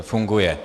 Funguje.